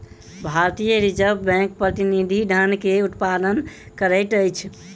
भारतीय reserve bank प्रतिनिधि धन के उत्पादन करैत अछि